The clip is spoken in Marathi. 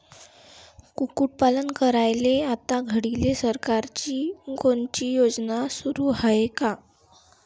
कुक्कुटपालन करायले आता घडीले सरकारची कोनची योजना सुरू हाये का?